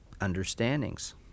understandings